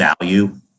value